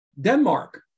Denmark